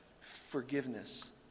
forgiveness